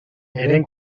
eren